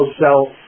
sell